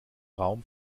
raum